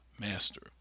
master